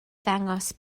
ddangos